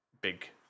big